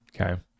okay